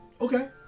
okay